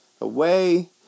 away